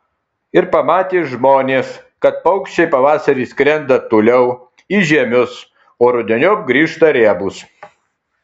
ir pamatė žmonės kad paukščiai pavasarį skrenda toliau į žiemius o rudeniop grįžta riebūs